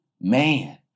man